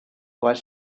was